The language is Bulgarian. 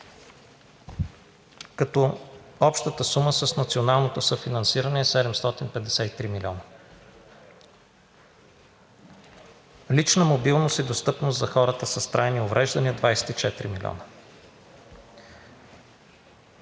като общата сума с националното съфинансиране е 753 милиона – лична мобилност и достъпност на хората с трайни увреждания – 24 милиона,